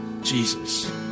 Jesus